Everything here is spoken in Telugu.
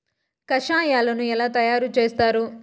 కషాయాలను ఎలా తయారు చేస్తారు?